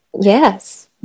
yes